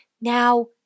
Now